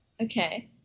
Okay